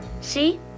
See